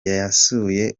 yasuye